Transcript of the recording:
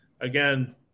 again